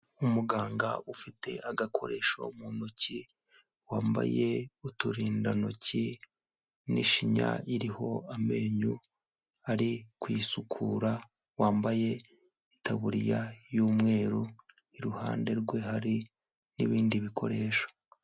Umuganga ufite agakoresho mu ntoki, wambaye uturindantoki n'ishinya iriho amenyo ari kuyisukura, wambaye itaburiya y'umweru, iruhande rwe hari n'ibindi bikoresho.